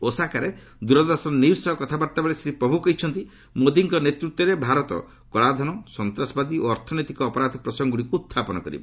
ଓସାକାରେ Doordarshan news ସହ କଥାବାର୍ତ୍ତାବେଳେ ଶ୍ରୀ ପ୍ରଭୁ କହିଛନ୍ତି ମୋଦିଙ୍କ ନେତୃତ୍ୱରେ ଭାରତ କଳାଧନ ସନ୍ତସବାଦୀ ଓ ଅର୍ଥନୈତିକ ଅପରାଧ ପ୍ରସଙ୍ଗଗୁଡ଼ିକୁ ଉତ୍ଥାପନ କରିବ